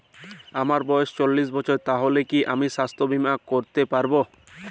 আমার বয়স চল্লিশ বছর তাহলে কি আমি সাস্থ্য বীমা করতে পারবো?